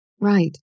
Right